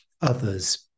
others